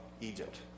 Egypt